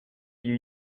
you